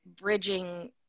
bridging